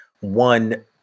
one